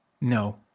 No